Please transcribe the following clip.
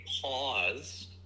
pause